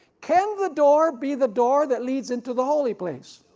can the door be the door that leads into the holy place?